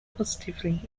positively